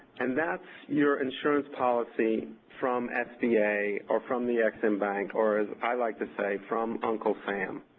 and that's your insurance policy from sba or from the ex-im bank, or as i like to say, from uncle sam.